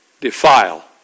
defile